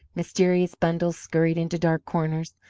mysterious bundles scurried into dark corners,